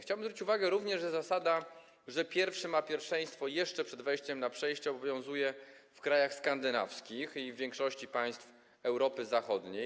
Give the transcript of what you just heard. Chciałbym zwrócić również uwagę na to, że zasada, że pieszy ma pierwszeństwo jeszcze przed wejściem na przejście, obowiązuje w krajach skandynawskich i w większości państw Europy Zachodniej.